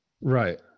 Right